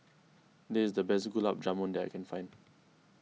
this is the best Gulab Jamun that I can find